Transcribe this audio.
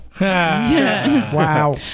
Wow